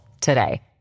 today